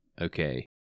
Okay